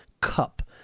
cup